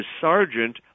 sergeant